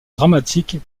dramatiques